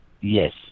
Yes